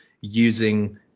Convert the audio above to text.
using